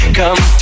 come